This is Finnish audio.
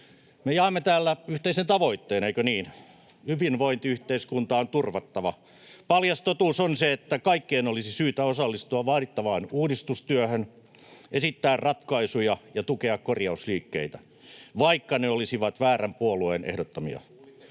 Me jaamme täällä yhteisen tavoitteen, eikö niin? Hyvinvointiyhteiskunta on turvattava. Paljas totuus on, että kaikkien olisi syytä osallistua vaadittavaan uudistustyöhön, esittää ratkaisuja ja tukea korjausliikkeitä, vaikka ne olisivat väärän puolueen ehdottamia.